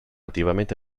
attivamente